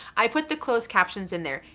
i put the closed captions in there.